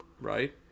right